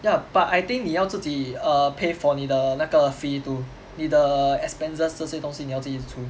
ya but I think 你要自己 err pay for 你的那个 fee to 你的 expenses 这些东西你要自己出